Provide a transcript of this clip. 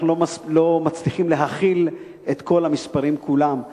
אנחנו לא מצליחים להכיל את כל המספרים כולם.